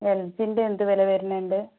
എൽജിടെ എന്ത് വില വരുന്നുണ്ട്